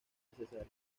necesaria